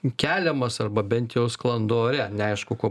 keliamas arba bent jau sklando ore neaišku kuo